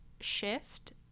shift